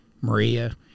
Maria